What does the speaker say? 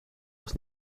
was